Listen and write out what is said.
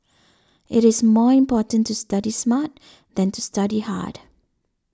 it is more important to study smart than to study hard